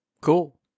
Cool